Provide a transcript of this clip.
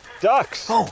ducks